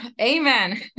amen